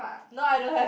no I don't have